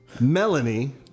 Melanie